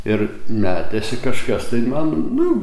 ir metėsi kažkas tai man nu